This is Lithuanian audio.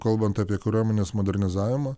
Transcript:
kalbant apie kariuomenės modernizavimą